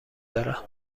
دارم